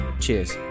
Cheers